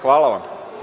Hvala vam.